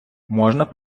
можна